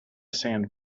sand